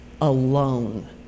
alone